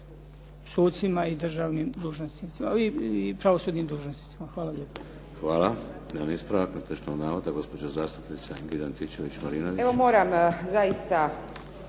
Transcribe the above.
sucima i pravosudnim dužnosnicima. Hvala lijepa.